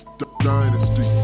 dynasty